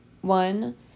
One